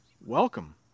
Welcome